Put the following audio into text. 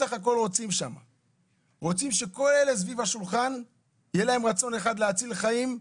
בסך הכל רוצים שלכל אלה שסביב השולחן יהיה רצון אחד - להציל חיים,